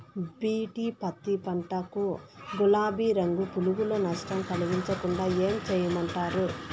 BT పత్తి పంట కు, గులాబీ రంగు పులుగులు నష్టం కలిగించకుండా ఏం చేయమంటారు?